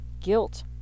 guilt